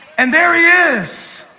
and there he is,